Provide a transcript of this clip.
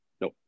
No